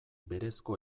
berezko